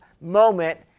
moment